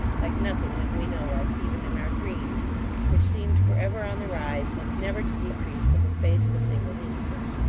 like nothing that we know of, even in our dreams which seemed for ever on the rise, and never to decrease for the space of a single instant.